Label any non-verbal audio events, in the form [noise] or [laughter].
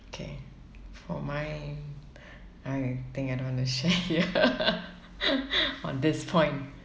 K for mine I think I don't want to share here [laughs] on this point